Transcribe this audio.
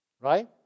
Right